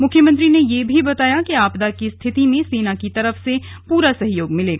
मुख्यमंत्री ने यह भी बताया कि आपदा की स्थिति में सेना की तरफ से पूरा सहयोग मिलेगा